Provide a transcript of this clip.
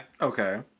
Okay